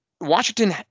Washington